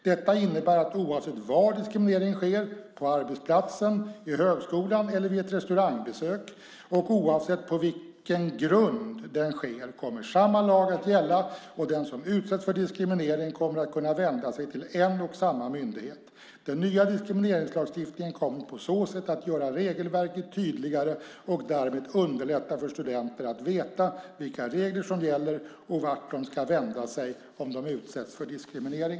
Detta innebär att oavsett var diskriminering sker - på arbetsplatsen, i högskolan eller vid ett restaurangbesök - och oavsett på vilken grund den sker kommer samma lag att gälla, och den som utsätts för diskriminering kommer att kunna vända sig till en och samma myndighet. Den nya diskrimineringslagstiftningen kommer på så sätt att göra regelverket tydligare och därmed underlätta för studenter att veta vilka regler som gäller och vart de ska vända sig om de utsätts för diskriminering.